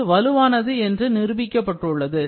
இது வலுவானது என்று நிரூபிக்கப்பட்டுள்ளது